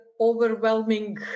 overwhelming